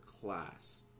class